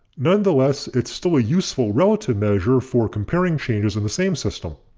nonetheless it's still a useful relative measure for comparing changes in the same system.